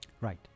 Right